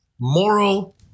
moral